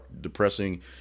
depressing